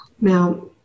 Now